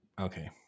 Okay